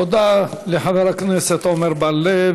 תודה לחבר הכנסת עמר בר-לב.